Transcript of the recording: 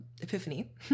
epiphany